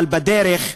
אבל בדרך הנכונה.